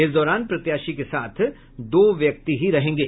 इस दौरान प्रत्याशी के साथ दो व्यक्ति ही रहेंगे